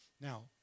Now